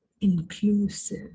inclusive